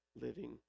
living